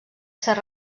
ser